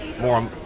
more